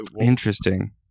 Interesting